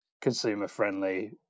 consumer-friendly